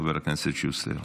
חבר הכנסת שוסטר.